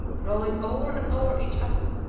rolling over and over each other,